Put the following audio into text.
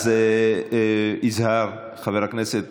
אז יזהר, חברי הכנסת